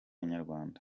inyarwanda